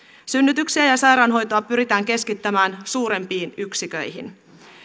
synnytyksiä ja ja sairaanhoitoa pyritään keskittämään suurempiin yksiköihin